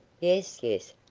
yes, yes.